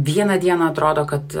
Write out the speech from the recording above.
vieną dieną atrodo kad